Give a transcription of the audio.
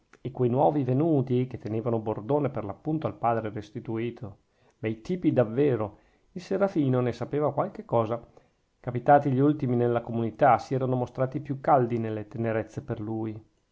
e quei nuovi venuti che tenevano bordone per l'appunto al padre restituto bei tipi davvero il serafino ne sapeva qualche cosa capitati gli ultimi nella comunità si erano mostrati i più caldi nelle tenerezze per lui